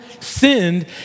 sinned